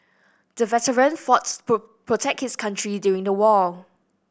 the veteran fought to protect his country during the war